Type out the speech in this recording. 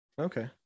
Okay